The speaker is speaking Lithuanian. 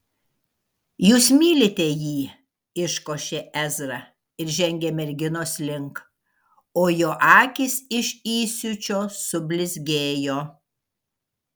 jūs mylite jį iškošė ezra ir žengė merginos link o jo akys iš įsiūčio sublizgėjo